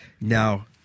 now